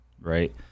right